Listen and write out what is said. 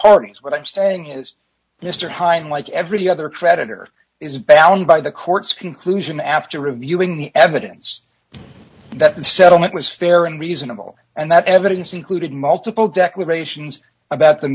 parties what i'm saying is mr hind like every other creditor is bound by the courts conclusion after reviewing the evidence that the settlement was fair and reasonable and that evidence included multiple declarations about the